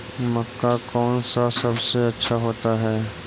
मक्का कौन सा सबसे अच्छा होता है?